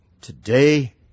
today